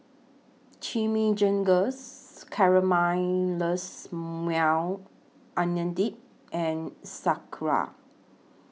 Chimichangas Caramelized Maui Onion Dip and Sauerkraut